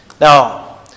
Now